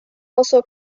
also